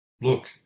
Look